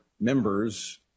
members